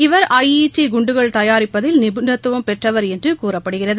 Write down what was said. இவர் I E D குண்டுகள் தயாரிப்பதில் நிபுணத்துவம் பெற்றவர் என்று கூறப்படுகிறது